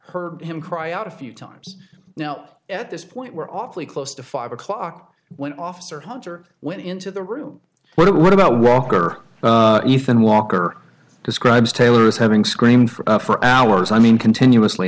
heard him cry out a few times now at this point we're awfully close to five o'clock when officer hunter went into the room but what about walker youthen walker describes taylor as having screamed for hours i mean continuously